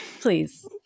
please